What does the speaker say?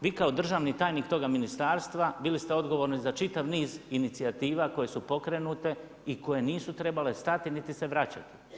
Vi kao državni tajnik toga ministarstva bili ste odgovorni za čitav niz inicijativa koje su pokrenute i koje nisu trebale stati niti se vraćati.